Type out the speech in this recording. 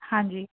ਹਾਂਜੀ